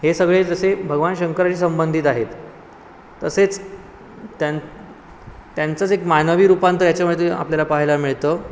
हे सगळे जसे भगवान शंकराशी संबंधित आहेत तसेच त्या त्यांचंच एक मानवी रूपांतर ह्याच्यामध्ये आपल्याला पाहायला मिळतं